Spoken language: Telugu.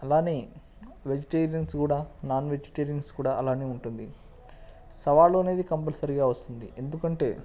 అలాగే వెజిటేరియన్స్ కూడా నాన్ వెజిటేరియన్స్ కూడా అలాగే ఉంటుంది సవాళ్ళు అనేది కంపల్సరిగా వస్తుంది ఎందుకంటే